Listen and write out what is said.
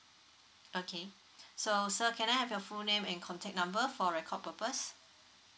okay so so can I have your full name and contact number for record purpose